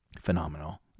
Phenomenal